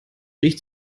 riecht